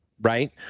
Right